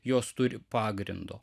jos turi pagrindo